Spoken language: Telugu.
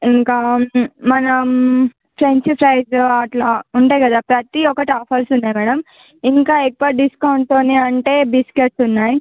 ఇంకా మనం ఫ్రెంచ్ ఫ్రైస్ అట్లా ఉంటాయి కదా ప్రతీ ఒక్కటి ఆఫర్స్ ఉన్నాయి మేడం ఇంకా ఎక్కువ డిస్కౌంట్స్ అంటే బిస్కట్స్ ఉన్నాయి